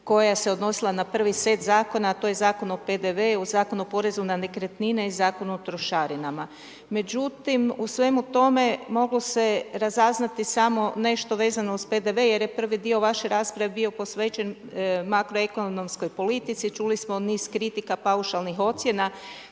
koja se odnosila na prvi set zakona, to je Zakon o PDV-u, Zakon o porezu na nekretnine i Zakon o trošarinama. Međutim u svemu tome moglo se razaznati samo nešto vezano uz PDV jer je prvi dio vaše rasprave bio posvećen makroekonomskoj politici, čuli smo niz kritika paušalnih ocjena,